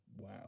wow